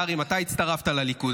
קרעי, מתי הצטרפת לליכוד?